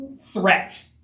threat